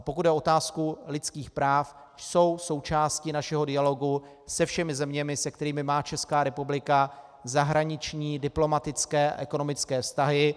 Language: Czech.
Pokud jde o otázku lidských práv, jsou součástí našeho dialogu se všemi zeměmi, se kterými má Česká republika zahraniční, diplomatické a ekonomické vztahy.